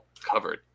covered